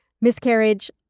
Miscarriage